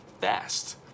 fast